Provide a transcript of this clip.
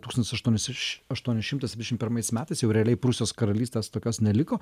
tūkstantis aštuonis š aštuoni šimtai septyniasdešim pirmais metais jau realiai prūsijos karalystės tokios neliko